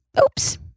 Oops